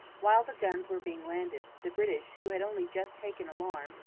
while the guns were being landed, the british, who had only just taken alarm,